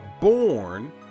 born